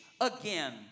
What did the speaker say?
again